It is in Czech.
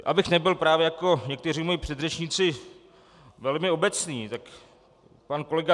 Abych nebyl právě jako někteří moji předřečníci velmi obecný, tak pan kolega